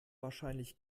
wahrscheinlich